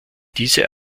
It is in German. diese